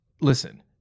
Listen